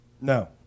no